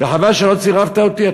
וחבל שלא צירפת אותי.